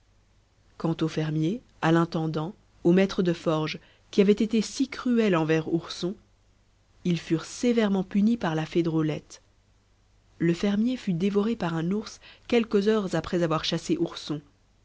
quant au fermier à l'intendant au maître de forge qui avaient été si cruels envers ourson ils furent sévèrement punis par la fée drôlette le fermier fut dévoré par un ours quelques heures après avoir chassé ourson